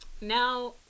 now